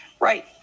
Right